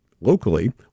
locally